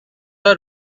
are